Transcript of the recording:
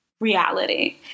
reality